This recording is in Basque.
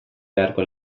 beharko